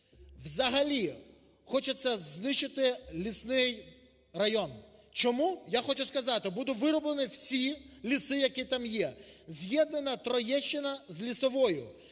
взагалі хочеться знищити лісний район. Чому? Я хочу сказати. Будуть вирублені всі ліси, які там є, з'єднана Троєщина з Лісовою